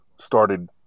started